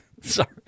Sorry